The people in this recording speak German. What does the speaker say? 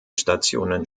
stationen